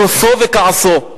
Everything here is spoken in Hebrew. כוסו וכעסו,